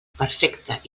perfecta